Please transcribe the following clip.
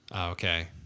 Okay